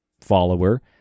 follower